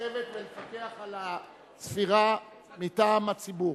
לשבת ולפקח על הספירה מטעם הציבור.